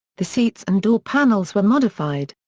the seats and door panels were modified.